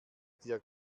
dir